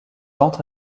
entre